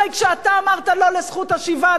הרי כשאתה אמרת לא לזכות השיבה,